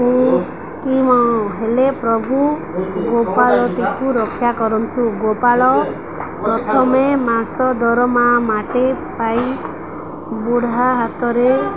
କୁକିମ ହେଲେ ପ୍ରଭୁ ଗୋପାଳଟିକୁ ରକ୍ଷା କରନ୍ତୁ ଗୋପାଳ ପ୍ରଥମେ ମାସ ଦରମା ମାଟେ ପାଇ ବୁଢ଼ା ହାତରେ